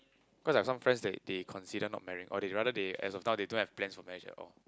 cause like some friends they they consider not marrying or they rather they as adult they don't have plans or measures oh